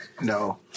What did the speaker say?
No